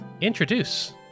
Introduce